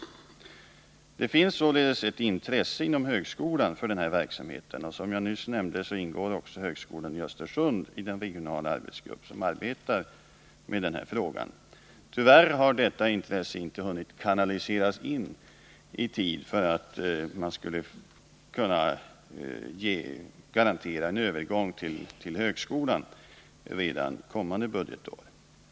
Det finns således ett intresse inom högskolan för denna verksamhet. Som jag nyss nämnde ingår också högskolan i Östersund i den regionala arbetsgrupp som arbetar med denna fråga. Tyvärr har detta intresse inte hunnit kanaliseras in i tid för att man skulle kunna garantera en övergång till högskolan redan kommande budgetår.